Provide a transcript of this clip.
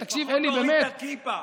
לפחות תוריד את הכיפה.